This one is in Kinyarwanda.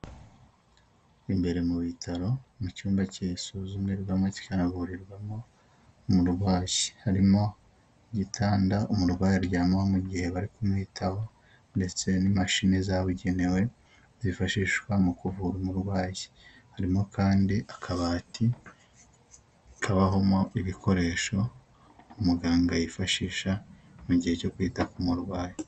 Imbere mu bitaro mu cyumba cyesuzumirwamo kikanavurirwamo umurwashyi harimo igitanda umurwayi aryamaho mu gihe bari kumwitaho ndetse n'imashini zabugenewe zifashishwa mu kuvura umurwayi harimo kandi akabati kabahomo ibikoresho umuganga yifashisha mu gihe cyo kwita ku umurwayi.